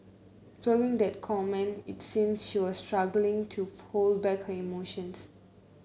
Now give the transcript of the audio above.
following that comment it seemed she was struggling to hold back her emotions